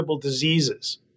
diseases